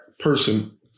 person